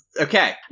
Okay